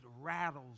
rattles